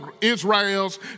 Israel's